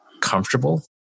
comfortable